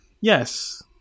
Yes